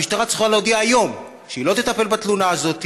המשטרה צריכה להודיע היום שהיא לא תטפל בתלונה הזו.